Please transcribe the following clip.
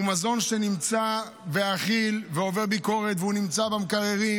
שהוא מזון שנמצא אכיל ועובר ביקורת ונמצא במקררים,